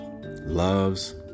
loves